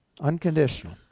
Unconditional